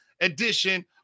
edition